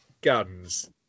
guns